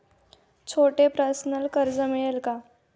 छोटे पर्सनल कर्ज मिळेल का?